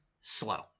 slow